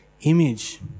image